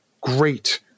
great